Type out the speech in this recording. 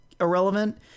irrelevant